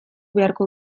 beharko